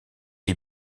est